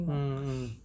mm mm